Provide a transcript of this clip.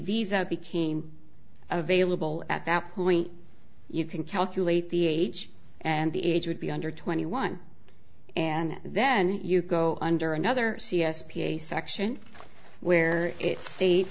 visa became available at that point you can calculate the age and the age would be under twenty one and then you go under another c s p a section where it